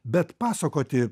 bet pasakoti